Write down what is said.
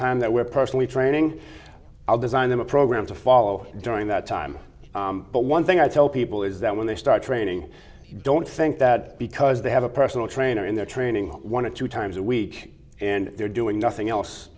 time that we're personally training i'll design them a program to follow during that time but one thing i tell people is that when they start training i don't think that because they have a personal trainer in their training one or two times a week and they're doing nothing else